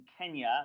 Kenya